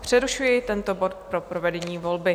Přerušuji tento bod pro provedení volby.